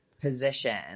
position